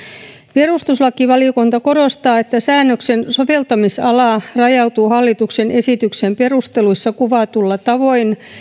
perustuslakivaliokunta korostaa että säännöksen soveltamisala rajautuu hallituksen esityksen perusteluissa kuvatulla tavoin